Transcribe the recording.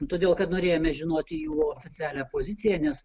todėl kad norėjome žinoti jų oficialią poziciją nes